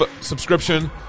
subscription